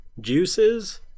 juices